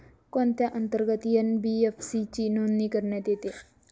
कोणत्या अंतर्गत एन.बी.एफ.सी ची नोंदणी करण्यात येते?